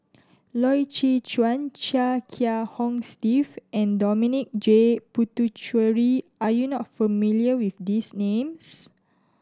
Loy Chye Chuan Chia Kiah Hong Steve and Dominic J Puthucheary are you not familiar with these names